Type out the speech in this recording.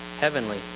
heavenly